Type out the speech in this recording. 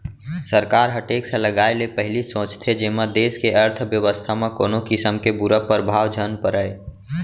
सरकार ह टेक्स लगाए ले पहिली सोचथे जेमा देस के अर्थबेवस्था म कोनो किसम के बुरा परभाव झन परय